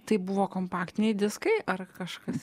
tai buvo kompaktiniai diskai ar kažkas